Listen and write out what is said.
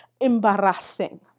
embarrassing